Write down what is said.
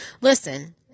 Listen